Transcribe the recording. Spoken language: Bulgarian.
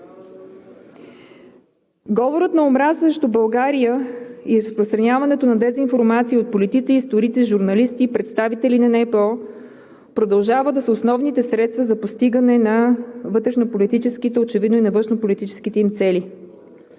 Говорът на омраза срещу България и разпространяването на дезинформация от политици, историци, журналисти и представители на НПО продължава да са основните средства за постигане на вътрешнополитическите – очевидно и на външнополитическите им, цели.